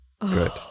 good